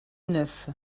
neuf